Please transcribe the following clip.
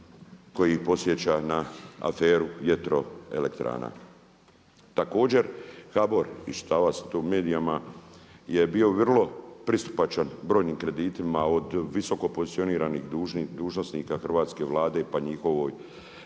koji podsjeća na aferu vjetroelektrana. Također HBOR iščitavao sam to u medijima je bio vrlo pristupačan brojnim kreditima od visoko pozicioniranih dužnosnika hrvatske Vlade, pa njihovoj